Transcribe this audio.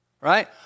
right